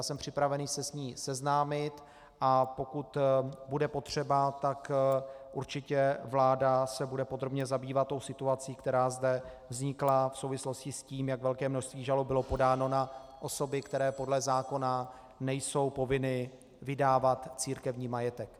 Jsem připraven se s ní seznámit, a pokud bude potřeba, tak určitě vláda se bude podrobně zabývat situací, která zde vznikla v souvislosti s tím, jak velké množství žalob bylo podáno na osoby, které podle zákona nejsou povinny vydávat církevní majetek.